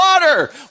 water